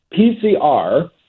PCR